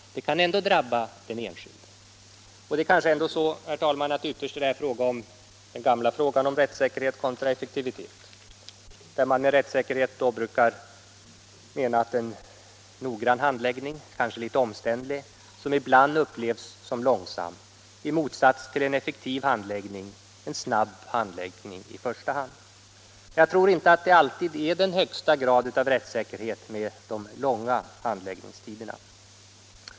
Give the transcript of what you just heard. Sådant kan ändå drabba den enskilde. Kanske är det, herr talman, här ytterst fråga om det gamla problemet rättssäkerhet kontra effektivitet. Med rättssäkerhet brukar man då syfta på en noggrann handläggning, som kanske är litet omständlig och ibland upplevs som långsam, i motsats till en effektiv handläggning, som i första hand är en snabb handläggning. Jag tror inte att man alltid når den högsta graden av rättssäkerhet med de långa handläggningstiderna.